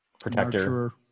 protector